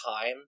time